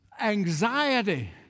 anxiety